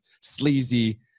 sleazy